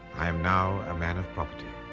i am now a man of property.